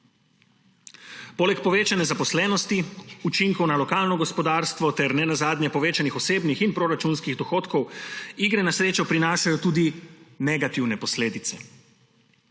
Poleg povečane zaposlenosti učinkov na lokalno gospodarstvo ter ne nazadnje povečanih osebnih in proračunskih dohodkov igre na srečo prinašajo tudi negativne posledice,